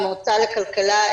מהמועצה לכלכלה,